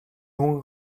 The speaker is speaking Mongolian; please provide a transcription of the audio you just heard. хүн